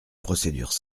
procédures